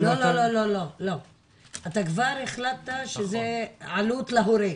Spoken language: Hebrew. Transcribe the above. לא, לא, לא, אתה כבר החלטת שזה עלות להורה.